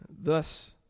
Thus